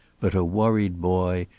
but a worried boy,